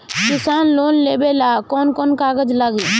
किसान लोन लेबे ला कौन कौन कागज लागि?